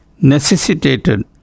necessitated